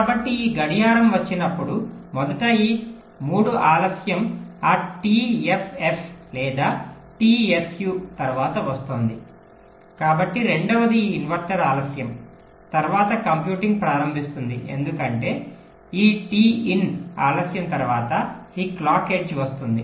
కాబట్టి ఈ గడియారం వచ్చినప్పుడు మొదట ఈ 3 ఆలస్యం ఆ టి ఎఫ్ఎఫ్ లేదా టి సు తర్వాత వస్తోంది కాని రెండవది ఈ ఇన్వర్టర్ ఆలస్యం తర్వాత కంప్యూటింగ్ ప్రారంభిస్తుంది ఎందుకంటే ఈ టి ఇన్ ఆలస్యం తర్వాత ఈ క్లాక్ ఎడ్జ్ వస్తుంది